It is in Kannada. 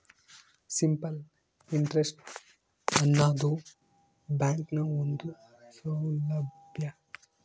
ಸಿಂಪಲ್ ಇಂಟ್ರೆಸ್ಟ್ ಆನದು ಬ್ಯಾಂಕ್ನ ಒಂದು ಸೌಲಬ್ಯಾ